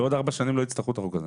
בעוד 4 שנים לא יצטרכו את החוק הזה.